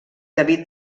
david